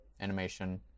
animation